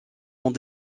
ont